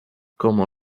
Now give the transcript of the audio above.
como